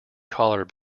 collar